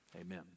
amen